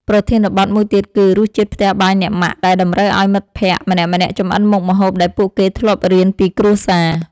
ប្រធានបទមួយទៀតគឺ រសជាតិផ្ទះបាយអ្នកម៉ាក់ ដែលតម្រូវឱ្យមិត្តភក្តិម្នាក់ៗចម្អិនមុខម្ហូបដែលពួកគេធ្លាប់រៀនពីគ្រួសារ។